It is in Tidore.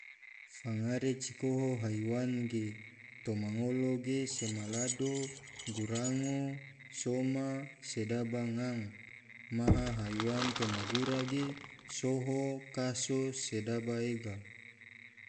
Fangare cikoho haiwan ge toma ngolo ge lado, gurango, soma, sedaba ngang maha haiwan oma gura ge soho, kaso, sedaba ega.